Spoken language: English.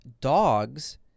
dogs